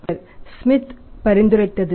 இது பேராசிரியர் ஸ்மித் பரிந்துரைத்தது